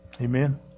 Amen